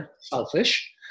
Selfish